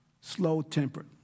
Slow-tempered